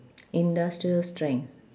industrial strength